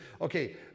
okay